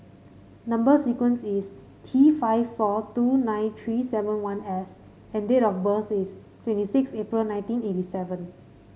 number sequence is T five four two nine three seven one S and date of birth is twenty six April nineteen eighty seven